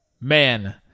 Man